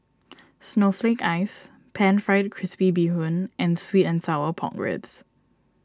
Snowflake Ice Pan Fried Crispy Bee Hoon and Sweet and Sour Pork Ribs